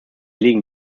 liegen